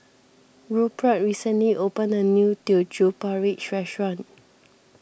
Rupert recently opened a new Teochew Porridge restaurant